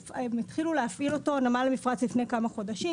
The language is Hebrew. את נמל המפרץ לפני כמה חודשים